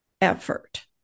effort